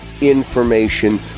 information